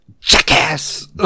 Jackass